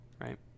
right